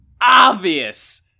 obvious